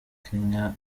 kenya